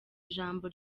ijambo